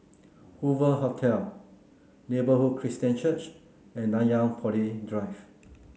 Hoover Hotel Neighbourhood Christian Church and Nanyang Poly Drive